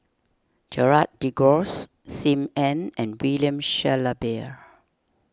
Gerald De Cruz Sim Ann and William Shellabear